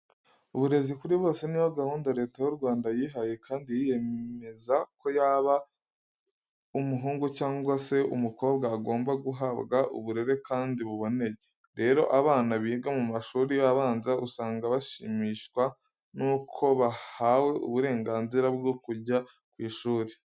Uburezi kuri bose niyo gahunda Leta y'u Rwanda yihaye kandi yiyemeza ko yaba umuhungu cyangwa se umukobwa agomba guhabwa uburere kandi buboneye. Rero abana biga mu mashuri abanza usanga bashimishwa nuko bahawe uburenganzira bwo kujya ku ishuri.